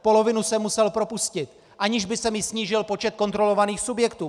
Polovinu jsem musel propustit, aniž by se mi snížil počet kontrolovaných subjektů.